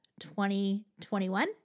2021